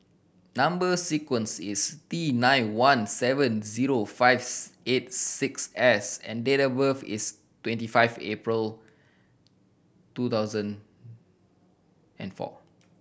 number sequence is T nine one seven zero five eight six S and date of birth is twenty five April two thousand and four